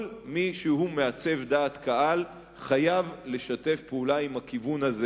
כל מי שהוא מעצב דעת קהל חייב לשתף פעולה עם הכיוון הזה,